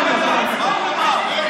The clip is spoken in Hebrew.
לא.